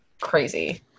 crazy